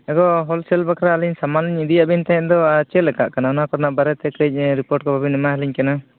ᱮᱜᱚ wholesale ᱵᱟᱠᱷᱨᱟ ᱟᱹᱞᱤᱧ ᱥᱟᱢᱟᱱ ᱞᱤᱧ ᱤᱫᱤᱭᱟᱫ ᱵᱮᱱ ᱛᱟᱦᱮᱫ ᱫᱚ ᱟᱨ ᱪᱮᱫᱞᱮᱠᱟᱜ ᱠᱟᱱᱟ ᱚᱱᱟ ᱠᱚᱨᱮᱱᱟᱜ ᱵᱟᱨᱮᱛᱮ ᱠᱟᱺᱪ ᱨᱤᱯᱳᱨᱴ ᱠᱚ ᱵᱟᱹᱵᱤᱱ ᱮᱢᱟ ᱦᱟᱞᱤᱧ ᱠᱟᱱᱟ